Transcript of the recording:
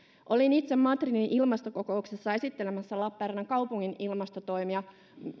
olin itse madridin ilmastokokouksessa esittelemässä lappeenrannan kaupungin ilmastotoimia